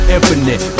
Infinite